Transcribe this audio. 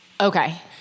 Okay